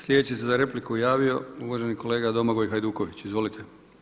Sljedeći se za repliku javio uvaženi kolega Domagoj Hajduković, izvolite.